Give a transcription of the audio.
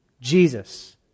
Jesus